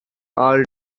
all